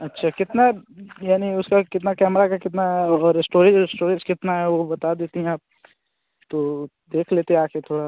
अच्छा कितना यानि उसका कितना कैमरा का कितना है और इस्टोरेज ओस्टोरेज कितना है वो बता देतीं आप तो देख लेते आ कर थोड़ा